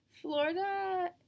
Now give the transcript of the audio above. Florida